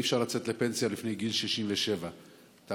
אי-אפשר לצאת לפנסיה לפני גיל 67. אתה